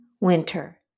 Winter